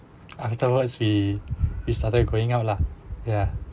afterwards we we started going out lah ya